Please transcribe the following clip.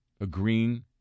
agreeing